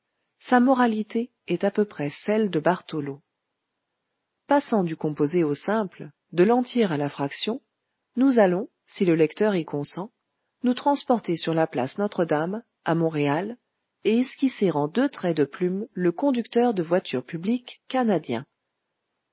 sa moralité est à peu près celle de bartholo passant du composé au simple de l'entier à la fraction nous allons si le lecteur y consent nous transporter sur la place notre-dame à montréal et esquisser en deux traits de plume le conducteur de voitures publiques canadien